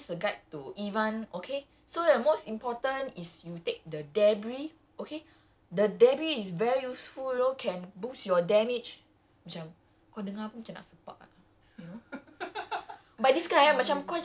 he was like okay hi everybody um ah ah this a guide to ivan okay so the most important is you take the debris okay the debris is very useful lor can boost your damage